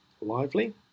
lively